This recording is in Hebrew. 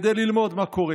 כדי ללמוד מה קורה.